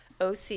OC